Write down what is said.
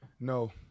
No